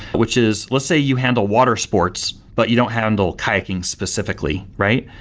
which is let's say, you handle watersports, but you don't handle kayaking specifically, right?